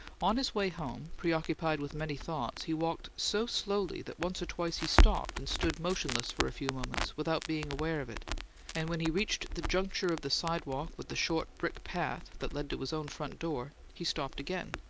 on his way home, preoccupied with many thoughts, he walked so slowly that once or twice he stopped and stood motionless for a few moments, without being aware of it and when he reached the juncture of the sidewalk with the short brick path that led to his own front door, he stopped again,